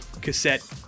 cassette